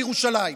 בירושלים,